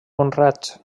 honrats